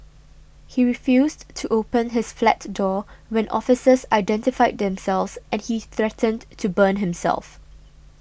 he refused to open his flat door when officers identified themselves and he threatened to burn himself